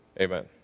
Amen